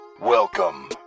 Welcome